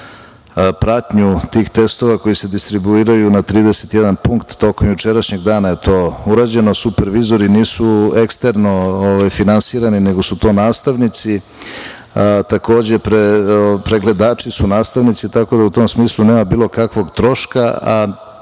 pratnju tih testova koji se distribuiraju na 31 punkt. Tokom jučerašnjeg dana je to urađeno. Supervizori nisu eksterno finansirani, nego su to nastavnici, takođe pregledači su nastavnici, tako da u tom smislu nema bilo kakvog troška.